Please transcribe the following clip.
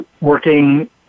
working